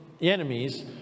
enemies